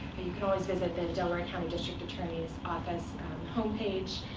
and you can always visit the delaware county district attorney's office home page.